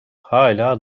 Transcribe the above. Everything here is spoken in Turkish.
hâlâ